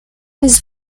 his